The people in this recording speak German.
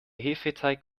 hefeteig